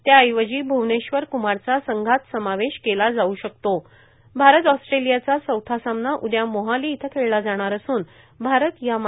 त्याऐवजी भ्वनेश्वर क्मारचा संघात समावेश केला जाव् भारत ऑस्ट्रेलिचा चैथा सामना उद्या मोहाली इथं खेळला जाणार असून भारत या शकतो